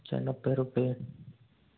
अच्छा नब्बे रुपये